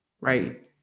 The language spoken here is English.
Right